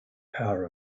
power